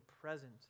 present